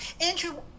Andrew